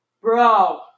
Bro